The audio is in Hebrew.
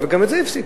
וגם את זה הפסיקו.